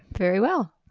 very well.